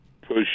push